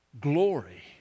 glory